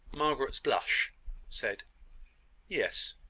margaret's blush said yes.